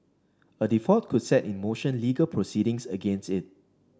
a default could set in motion legal proceedings against it